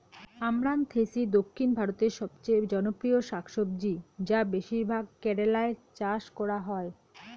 আমরান্থেইসি দক্ষিণ ভারতের সবচেয়ে জনপ্রিয় শাকসবজি যা বেশিরভাগ কেরালায় চাষ করা হয়